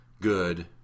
good